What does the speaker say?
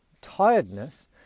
tiredness